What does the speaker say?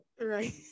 right